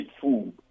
food